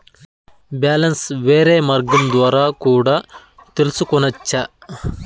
Balance వేరే మార్గం ద్వారా కూడా తెలుసుకొనొచ్చా?